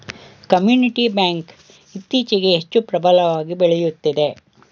community bank ಇತ್ತೀಚೆಗೆ ಹೆಚ್ಚು ಪ್ರಬಲವಾಗಿ ಬೆಳೆಯುತ್ತಿದೆ